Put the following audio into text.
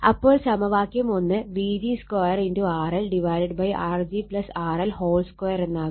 അപ്പോൾ സമവാക്യം Vg 2 RL Rg RL 2 എന്നാകും